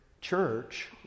church